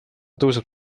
tõuseb